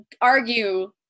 argue